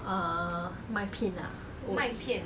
err 麦片 uh oats